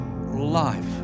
life